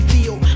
Feel